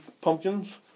pumpkins